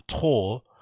tour